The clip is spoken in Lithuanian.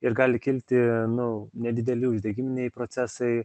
ir gali kilti nu nedideli uždegiminiai procesai